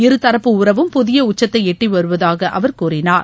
இருதரப்பு உறவும் புதிய உச்சத்தை எட்டி வருவதாக அவர் கூறினார்